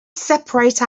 separate